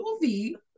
movie